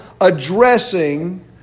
addressing